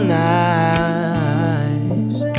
nice